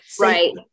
Right